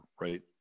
right